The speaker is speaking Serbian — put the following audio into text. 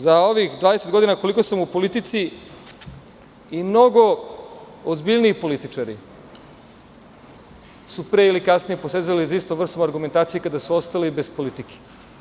Za ovih 20 godina koliko sam u politici, i mnogo ozbiljniji političari su pre ili kasnije posezali za istom vrstom argumentacije kada su ostali bez politike.